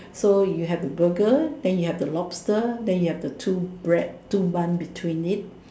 so you have the Burger then you have the lobster then you will have the two bread two bun between it